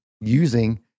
using